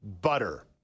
butter